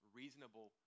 reasonable